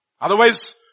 Otherwise